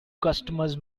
customers